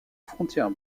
frontière